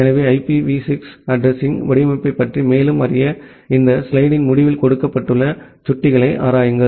எனவே IPv 6 addressing வடிவமைப்பைப் பற்றி மேலும் அறிய இந்த ஸ்லைடின் முடிவில் கொடுக்கப்பட்டுள்ள சுட்டிகளை ஆராயுங்கள்